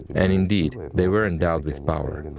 and indeed they were endowed with power.